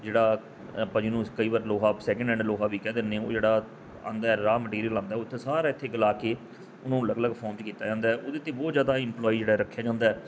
ਜਿਹੜਾ ਆਪਾਂ ਜਿਹਨੂੰ ਕਈ ਵਾਰ ਲੋਹਾ ਸੈਕਿੰਡ ਹੈਂਡ ਲੋਹਾ ਵੀ ਕਹਿ ਦਿੰਦੇ ਹਾਂ ਉਹ ਜਿਹੜਾ ਆਉਂਦਾ ਰਾਹ ਮਟੀਰੀਅਲ ਆਉਂਦਾ ਉੱਥੇ ਸਾਰਾ ਇੱਥੇ ਗਲਾ ਕੇ ਉਹਨੂੰ ਅਲੱਗ ਅਲੱਗ ਫੋਰਮ 'ਚ ਕੀਤਾ ਜਾਂਦਾ ਉਹਦੇ ਅਤੇ ਬਹੁਤ ਜ਼ਿਆਦਾ ਇੰਪਲੋਈ ਜਿਹੜਾ ਰੱਖਿਆ ਜਾਂਦਾ